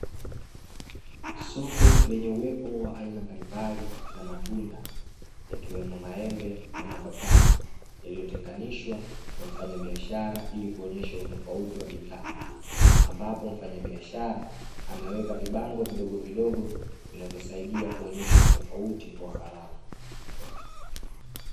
Soko lenye uwepo wa aina mbalimbali za matunda, yakiwemo maembe na mapapai; yaliyotenganishwa na mfanyabiashara ili kuonyesha utofauti wa bidhaa. Ambapo mfanyabiashara ameweka vibango vidogovidogo vinavyosaidia kuonyesha utofauti wa gharama.